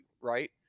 Right